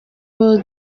uwo